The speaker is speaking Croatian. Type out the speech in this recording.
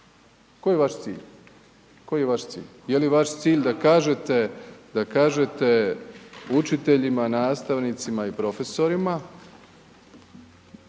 Koji je vaš cilj? Je li vaš cilj da kažete učiteljima, nastavnicima i profesorima